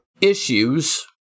Issues